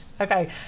okay